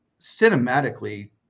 cinematically